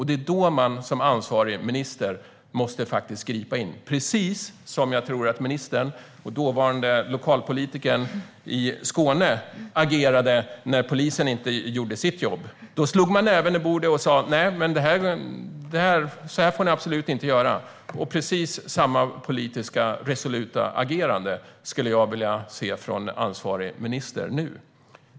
Det är då som man som ansvarig minister måste gripa in, precis som jag tror att ministern - dåvarande lokalpolitikern i Skåne - agerade när polisen inte gjorde sitt jobb. Då slog man näven i bordet och sa: Nej, så här får ni absolut inte göra. Jag skulle vilja se precis samma politiska resoluta agerande från ansvarig minister nu.